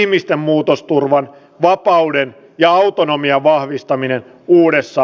mistä muutos turvan vapauden ja autonomian vahvistaminen kuudessa